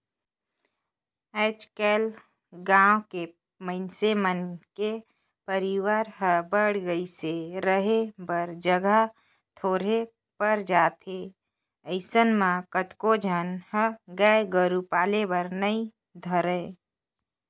आयज कायल गाँव के मइनसे मन के परवार हर बायढ़ गईस हे, रहें बर जघा थोरहें पर जाथे अइसन म कतको झन ह गाय गोरु पाले बर नइ धरय